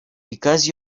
because